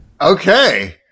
Okay